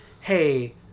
hey